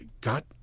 got